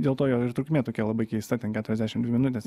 dėl to jo ir trukmė tokia labai keista ten keturiasdešim dvi minutės